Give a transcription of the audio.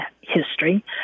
history